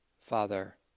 Father